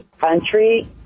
country